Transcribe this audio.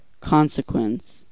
Consequence